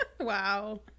Wow